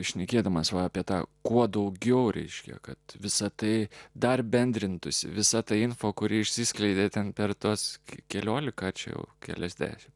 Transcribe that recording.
šnekėdamas apie tą kuo daugiau reiškia kad visa tai dar bendrintų visą tą info kuri išsiskleidė ten per tuos keliolika tačiau keliasdešimt